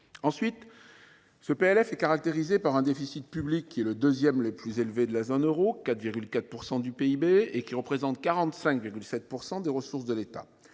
de finances se caractérise par un déficit public, qui est le deuxième plus élevé de la zone euro – 4,4 % du PIB – et qui représente 45,7 % des ressources de l’État.